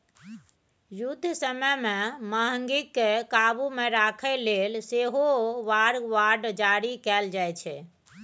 युद्ध समय मे महगीकेँ काबु मे राखय लेल सेहो वॉर बॉड जारी कएल जाइ छै